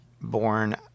born